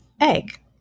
egg